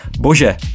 bože